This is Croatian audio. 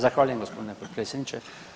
Zahvaljujem gospodine potpredsjedniče.